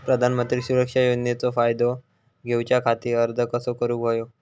प्रधानमंत्री सुरक्षा योजनेचो फायदो घेऊच्या खाती अर्ज कसो भरुक होयो?